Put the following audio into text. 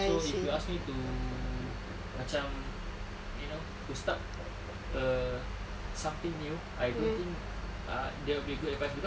so if you ask me to macam you know to start a something new I don't think uh there will be good advice cause